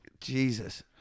Jesus